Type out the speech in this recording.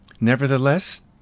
Nevertheless